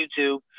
YouTube